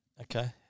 Okay